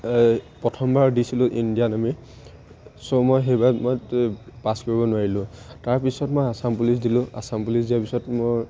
এই প্ৰথমবাৰ দিছিলোঁ ইণ্ডিয়ান আৰ্মি চ' মই সেইবাবে মই পাছ কৰিব নোৱাৰিলোঁ তাৰপিছত মই আচাম পুলিচ দিলোঁ আচাম পুলিচ দিয়াৰ পিছত মই